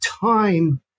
time